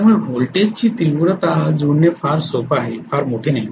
त्यामुळे व्होल्टेज ची तीव्रता जुळणे फार सोपे आहे फार मोठे नाही